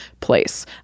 place